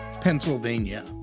Pennsylvania